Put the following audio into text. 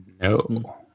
no